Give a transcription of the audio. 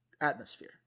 atmosphere